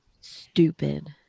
Stupid